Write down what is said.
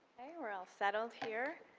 we're all settled here.